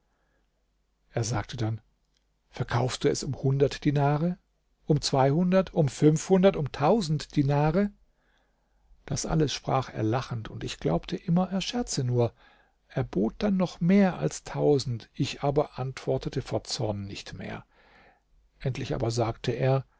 er sagte dann verkaufst du es um hundert dinare um zweihundert um fünfhundert um tausend dinare das alles sprach er lachend und ich glaubte immer er scherze nur er bot dann noch mehr als tausend ich aber antwortete vor zorn nicht mehr endlich aber sagte er